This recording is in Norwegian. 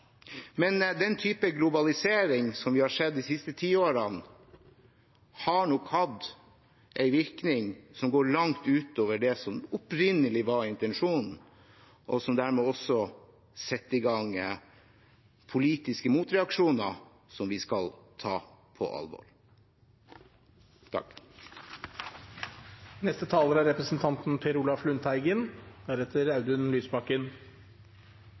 Men den type globalisering vi har sett de siste tiårene, har nok hatt en virkning som går langt utover det som opprinnelig var intensjonen, noe som dermed setter i gang politiske motreaksjoner som vi skal ta på alvor. Den europeiske union, EU, er